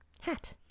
Hat